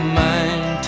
mind